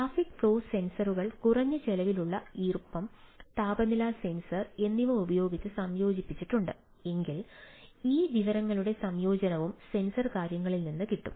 traffic flow സെൻസറുകൾ കുറഞ്ഞ ചെലവിലുള്ള ഈർപ്പം താപനില സെൻസർ എന്നിവ ഉപയോഗിച്ച് സംയോജിപ്പിച്ചിട്ടുണ്ട് എങ്കിൽ ഈ വിവരങ്ങളുടെ സംയോജനവും സെൻസർ കാര്യങ്ങളിൽ നിന്ന് കിട്ടും